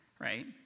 right